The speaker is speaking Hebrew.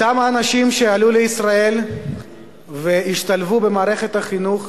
אותם אנשים שעלו לישראל והשתלבו במערכת החינוך,